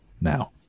now